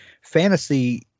fantasy